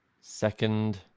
Second